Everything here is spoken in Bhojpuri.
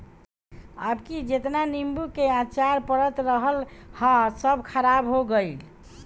अबकी जेतना नीबू के अचार पड़ल रहल हअ सब खराब हो गइल